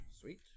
Sweet